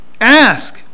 Ask